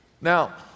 Now